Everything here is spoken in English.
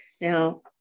Now